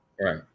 right